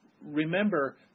remember